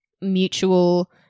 mutual